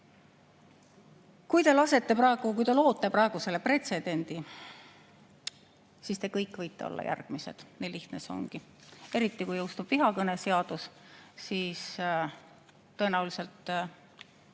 kui te loote praegu selle pretsedendi, siis te kõik võite olla järgmised. Nii lihtne see ongi. Eriti kui jõustub vihakõneseadus, siis tõenäoliselt